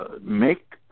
make